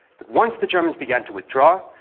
but once the germans began to withdraw,